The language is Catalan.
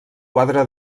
quadre